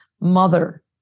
mother